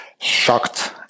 shocked